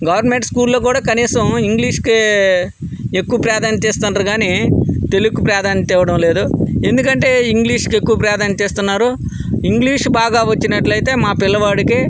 government స్కూల్లో గూడా కనీసం ఇంగ్లీషుకి ఎక్కువ ప్రాధాన్యత ఇస్తుంటారు కానీ తెలుగుకి ప్రాధాన్యత ఇవ్వడం లేదు ఎందుకంటే ఇంగ్లీషుకి ఎక్కువ ప్రాధాన్యత ఇస్తున్నారు ఇంగ్లీష్ బాగా వచ్చినట్లు అయితే మా పిల్లవాడికి